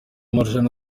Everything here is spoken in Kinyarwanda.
marushanwa